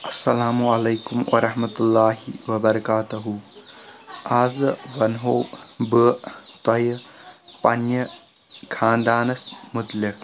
اسلام عليكم ورحمة الله وبركاته آزٕ ونہو بہٕ تۄہہِ پننہِ خانٛدانس مُتعلِق